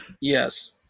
yes